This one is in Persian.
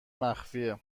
مخفیه